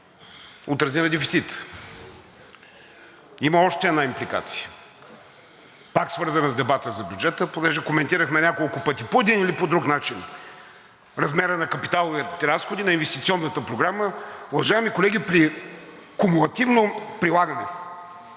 отрази на дефицита. Има още една импликация, пак свързана с дебата за бюджета, понеже коментирахме няколко пъти по един или по друг начин размера на капиталовите разходи, на инвестиционната програма. Уважаеми колеги, при кумулативно прилагане,